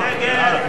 תודה.